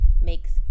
makes